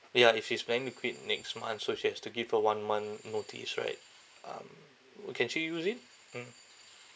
ya if she's planning to quit next month so she has to give a one month notice right um wou~ can she use it mm